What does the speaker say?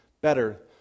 better